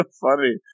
funny